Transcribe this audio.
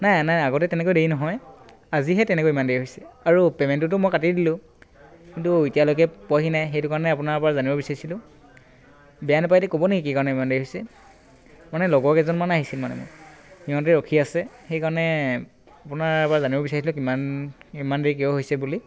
নাই নাই আগতে তেনেকৈ দেৰি নহয় আজিহে তেনেকৈ ইমান দেৰি হৈছে আৰু পে'মেণ্টোতো মই কাটি দিলোঁ কিন্তু এতিয়ালৈকে পোৱাহি নাই সেইটো কাৰণে আপোনাৰ পৰা জানিব বিচাৰিছিলোঁ বেয়া নাপায় যদি ক'ব নেকি কি কাৰণে ইমান দেৰি হৈছে মানে লগৰ কেইজনমান আহিছিল মানে মোৰ সিহঁতে ৰখি আছে সেইকাৰণে আপোনাৰ পৰা জানিব বিচাৰিছিলোঁ কিমান ইমান দেৰি কিয় হৈছে বুলি